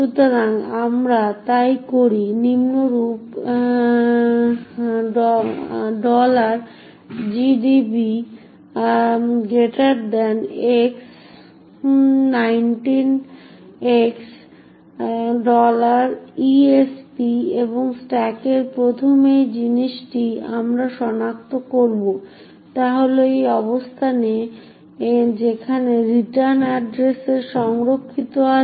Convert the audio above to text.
সুতরাং আমরা তাই করি নিম্নরূপ gdb x19x esp এবং স্ট্যাকের প্রথম যে জিনিসটি আমরা সনাক্ত করব তা হল সেই অবস্থান যেখানে রিটার্ন অ্যাড্রেস সংরক্ষিত আছে